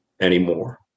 anymore